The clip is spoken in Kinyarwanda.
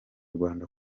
rwanda